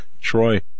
Troy